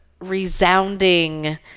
resounding